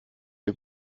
ihr